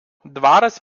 dvaras